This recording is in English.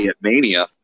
Mania